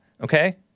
okay